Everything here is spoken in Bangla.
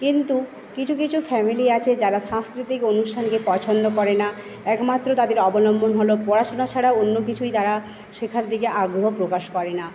কিন্তু কিছু কিছু ফ্যামিলি আছে যারা সাংস্কৃতিক অনুষ্ঠানকে পছন্দ করে না একমাত্র তাদের অবলম্বন হলো পড়াশুনা ছাড়া অন্য কিছুই তারা শেখার দিকে আগ্রহ প্রকাশ করে না